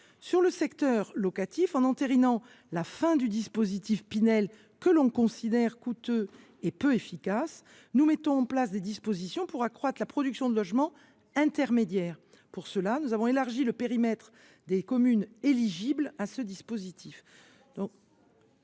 au secteur locatif : en entérinant la fin du dispositif Pinel, que nous considérons comme coûteux et peu efficace, nous mettons en place des dispositions pour accroître la production de logements intermédiaires. Pour cela, nous avons élargi le périmètre des communes éligibles à ce dispositif.